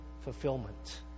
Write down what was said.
fulfillment